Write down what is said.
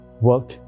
work